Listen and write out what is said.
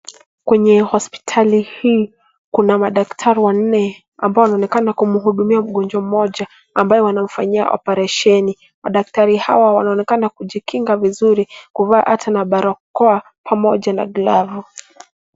Kwenye hospitali hii kuna madaktari wanne ambao wanaonekana kumhudimia mgonjwa mmoja ambaye wanamfanyia operesheni. Madaktari hawa wanaonekana kujikinga vizuri, kuvaa hata mabarakoa pamoja na glavu.